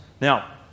Now